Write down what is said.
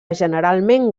generalment